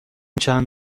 چند